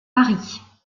paris